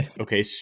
okay